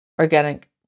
organic